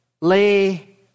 lay